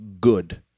good